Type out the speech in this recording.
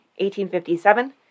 1857